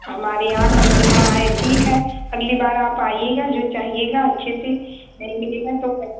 हमारे यहाँ कस्टुमर आए ठीक है अगली बार आप आइएगा जो चाहिएगा अच्छे से नहीं मिलेगा तो